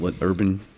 urban